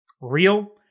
real